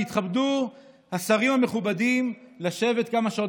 ויתכבדו השרים המכובדים לשבת כמה שעות